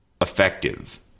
effective